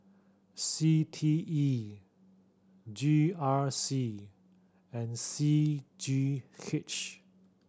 C T E G R C and C G H